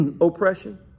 oppression